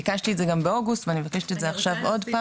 ביקשתי את זה גם באוגוסט ואני מבקשת את זה עוד פעם.